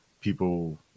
people